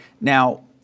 Now